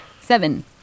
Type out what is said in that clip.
Seven